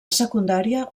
secundària